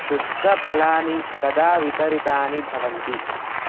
शुष्कफलानि कदा वितरितानि भवन्ति